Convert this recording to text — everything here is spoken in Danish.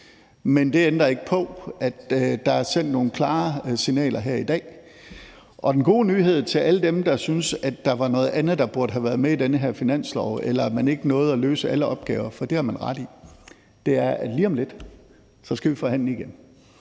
men det ændrer ikke på, at der er sendt nogle klare signaler her i dag. Den gode nyhed til alle dem, der synes, at der var noget andet, der burde have været med i den her finanslov, eller at man ikke nåede at løse alle opgaver – for det har man ret i – er, at lige om lidt skal vi forhandle igen.